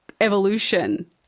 evolution